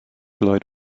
lloyd